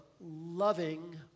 loving